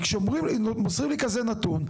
וכשמוסרים לי כזה נתון,